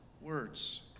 words